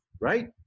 right